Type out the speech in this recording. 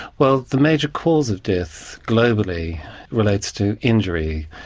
well the major cause of death globally relates to injury,